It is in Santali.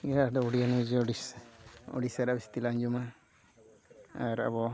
ᱩᱰᱤᱭᱟᱹ ᱱᱤᱭᱩᱡᱽ ᱟᱹᱰᱤ ᱩᱲᱤᱥᱥᱟ ᱨᱮᱭᱟᱜ ᱡᱟᱹᱥᱛᱤ ᱞᱮ ᱟᱸᱡᱚᱢᱟ ᱟᱨ ᱟᱵᱚ